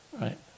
Right